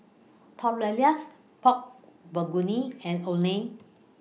Tortillas Pork Bulgogi and Oden